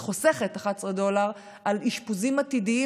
היא חוסכת 11 דולר על אשפוזים עתידיים